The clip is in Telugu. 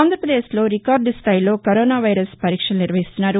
ఆంధ్రప్రదేశ్లో రికార్డు స్థాయిలో కరోనా వైరస్ పరీక్షలు నిర్వహిస్తున్నారు